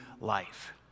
life